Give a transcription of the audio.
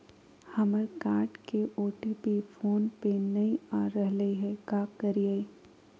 हमर कार्ड के OTP phone पे नई आ रहलई हई, का करयई?